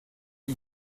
ils